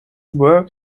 work